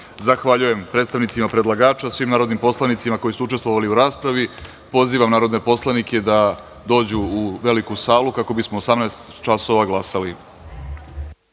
godini. Zahvaljujem predstavnicima predlagača, svim narodnim poslanicima koji su učestvovali u raspravi i pozivam narodne poslanike da dođu u veliku salu kako bismo u 18.00 časova glasali.(Posle